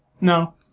No